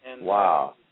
Wow